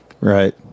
Right